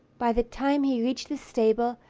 by the time he reached the stable,